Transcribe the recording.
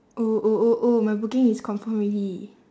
oh oh oh oh my booking is confirmed already